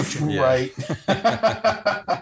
Right